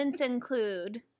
include